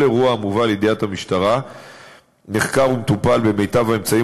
כל אירוע המובא לידיעת המשטרה נחקר ומטופל במיטב האמצעים